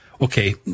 Okay